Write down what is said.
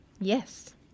Yes